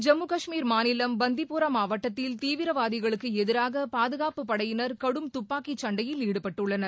ஜம்மு காஷ்மீர் மாநிலம் பந்திபோரா மாவட்டத்தில் தீவிரவாதிகளுக்கு எதிராக பாதுகாப்புப் படையினர் கடும் துப்பாக்கிச் சண்டையில் ஈடுபட்டுள்ளனர்